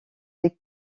des